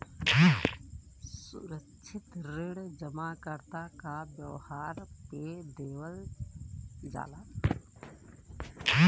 असुरक्षित ऋण जमाकर्ता के व्यवहार पे देवल जाला